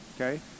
okay